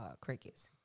crickets